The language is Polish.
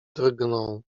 drgnął